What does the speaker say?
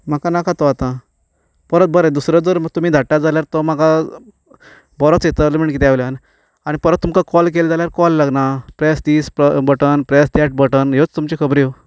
म्हाका नाका तो आतां परत बरें दुसरो जर तुमी धाडटा जाल्यार तो म्हाका बरोच येतलो म्हूण कित्या वल्यान आनी परत तुमकां कॉल केलो जाल्यार कॉल लागना प्रॅस दीस प्र बटन प्रॅस दॅट बटन ह्योच तुमच्यो खबऱ्यो